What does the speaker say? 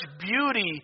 beauty